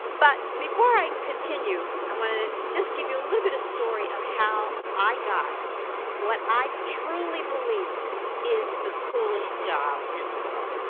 but before i continue, i wanna just give you a little bit of story of how i got what i truly believe is the coolest job in the world.